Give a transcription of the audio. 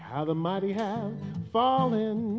how the mighty have fallen